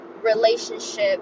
relationship